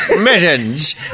Mittens